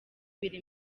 biri